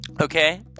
Okay